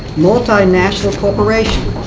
multinational corporation.